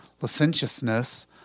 licentiousness